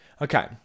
Okay